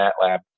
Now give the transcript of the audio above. MATLAB